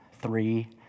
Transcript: three